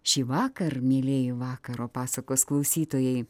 šįvakar mielieji vakaro pasakos klausytojai